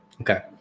Okay